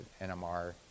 NMR